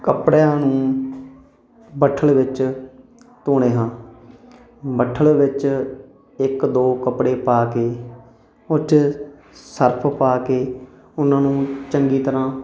ਕੱਪੜਿਆਂ ਨੂੰ ਬੱਠਲ ਵਿੱਚ ਧੋਂਦੇ ਹਾਂ ਬੱਠਲ ਵਿੱਚ ਇੱਕ ਦੋ ਕੱਪੜੇ ਪਾ ਕੇ ਉਹ 'ਚ ਸਰਫ ਪਾ ਕੇ ਉਹਨਾਂ ਨੂੰ ਚੰਗੀ ਤਰ੍ਹਾਂ